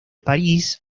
parís